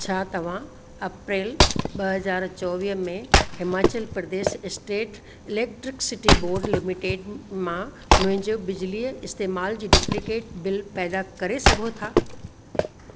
छा तव्हां अप्रैल ॿ हज़ार चोवीह में Himachal Pradesh state electricity board limited मां मुंहिंजो बिजली इस्तेमाल जी डुप्लीकेट बिल पैदा करे सघो था